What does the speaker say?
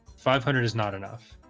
five hundred is not enough.